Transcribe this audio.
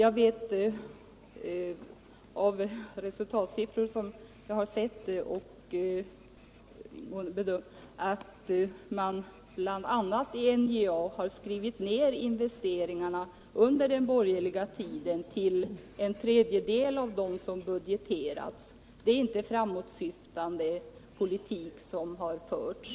Av resultatsiffror som jag har sett och bedömt vet jag, att bl.a. NJA under den borgerliga regeringstiden har skurit ned investeringarna till en tredjedel av de budgeterade. Det är inte en framåtsyftande politik som har förts.